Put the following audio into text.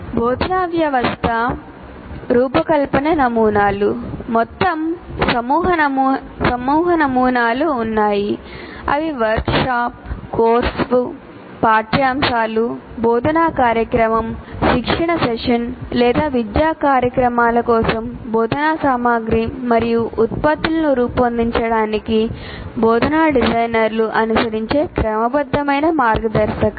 బోధనా వ్యవస్థ రూపకల్పన నమూనాలు అనుసరించే క్రమబద్ధమైన మార్గదర్శకాలు